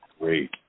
Great